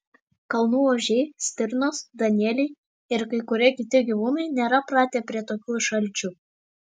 kalnų ožiai stirnos danieliai ir kai kurie kiti gyvūnai nėra pratę prie tokių šalčių